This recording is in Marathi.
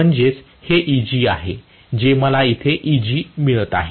म्हणजेच हे Eg आहे जे मला येथे Eg मिळत आहे